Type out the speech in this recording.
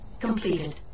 Completed